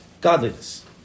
godliness